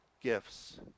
gifts